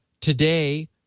Today